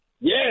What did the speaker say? Yes